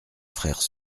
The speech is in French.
frère